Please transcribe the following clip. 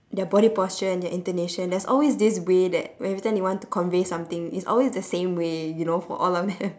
their body posture and their intonation there's always this way that when every time they want to convey something it's always the same way you know for all of them